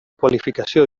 qualificació